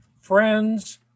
friends